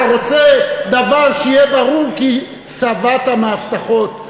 אתה רוצה דבר שיהיה ברור כי שבעת מהבטחות.